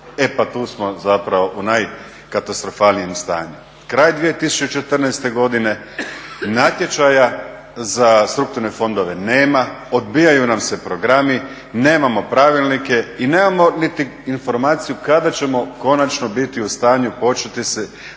E pa tu smo zapravo u najkatastrofalnijem stanju. Kraj 2014. godine, natječaja za strukturne fondove nema, odbijaju nam se programi, nemamo pravilnike i nemamo niti informaciju kada ćemo konačno biti u stanju početi se